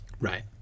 Right